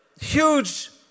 huge